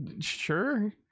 Sure